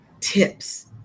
tips